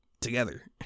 together